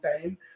time